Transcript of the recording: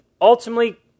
ultimately